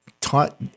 taught